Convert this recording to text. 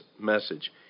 message